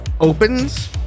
opens